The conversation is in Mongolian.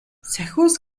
сахиус